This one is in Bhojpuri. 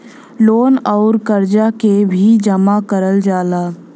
लोन अउर करजा के भी जमा करल जाला